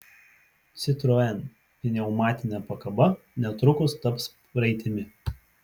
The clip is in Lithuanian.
citroen pneumatinė pakaba netrukus taps praeitimi